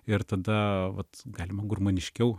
ir tada vat galima gurmaniškiau